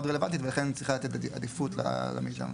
רלוונטית ולכן צריכה לתת עדיפות למיזם.